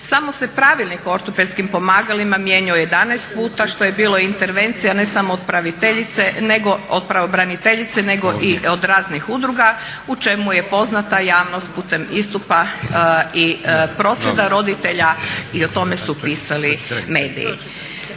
Samo se pravilnik o ortopedskim pomagalima mijenjao 11 puta što je bilo intervencija ne samo od pravobraniteljice nego i od raznih udruga u čemu je poznata javnost putem istupa i prosvjeda roditelja i o tome su pisali mediji.